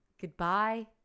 goodbye